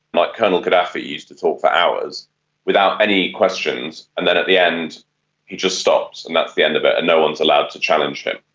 like colonel gaddafi used to talk for hours without any questions, and then at the end he just stopped and that's the end of it and no one is allowed to challenge him.